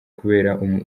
kubera